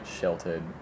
sheltered